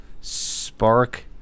spark